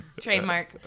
Trademark